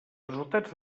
resultats